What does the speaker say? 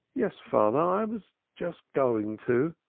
yes, father, i was just going to,